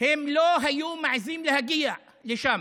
הם לא היו מעיזים להגיע לשם.